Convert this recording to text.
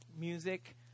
music